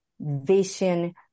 vision